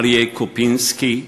אריה קופינסקי,